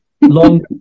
Long